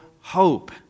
hope